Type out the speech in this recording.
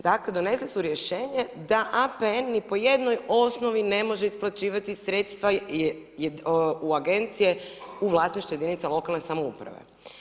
Dakle, donijeli su rješenje da APN ni po jednoj osnovi ne može isplaćivati sredstva u agencije u vlasništvu jedinica lokalne samouprave.